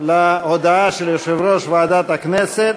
להודעה של יושב-ראש ועדת הכנסת,